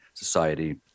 society